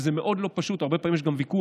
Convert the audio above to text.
שזה מאוד לא פשוט: הרבה פעמים יש גם ויכוח,